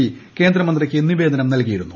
P കേന്ദ്ര മന്ത്രിക്ക് നിവേദനം നൽകിയിരുന്നു